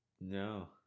No